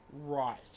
Right